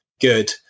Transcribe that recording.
good